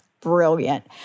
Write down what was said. brilliant